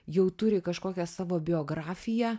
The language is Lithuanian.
jau turi kažkokią savo biografiją